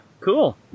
cool